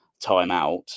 timeout